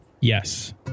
Yes